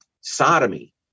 sodomy